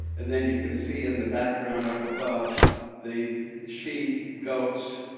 and then you can see in the background up above the sheep, goats,